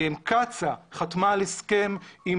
קצא"א חתמה על הסכם על